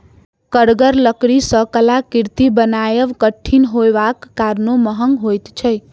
कड़गर लकड़ी सॅ कलाकृति बनायब कठिन होयबाक कारणेँ महग होइत छै